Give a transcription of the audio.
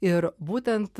ir būtent